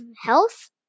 health